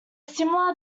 smaller